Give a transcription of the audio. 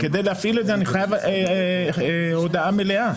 כדי להפעיל את זה אני חייב הודעה מלאה.